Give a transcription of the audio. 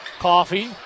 Coffee